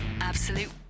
Absolute